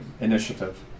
initiative